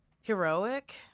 Heroic